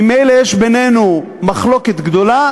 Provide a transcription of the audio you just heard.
ממילא יש בינינו מחלוקת גדולה,